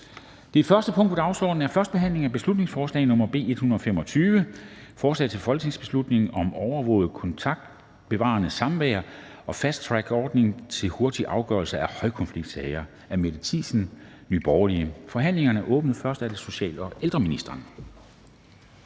Det første punkt på dagsordenen er: 1) 1. behandling af beslutningsforslag nr. B 125: Forslag til folketingsbeslutning om overvåget kontaktbevarende samvær og en fasttrackordning til hurtig afgørelse af højkonfliktsager. Af Mette Thiesen (NB) m.fl. (Fremsættelse